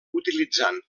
utilitzant